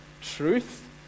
truth